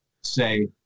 say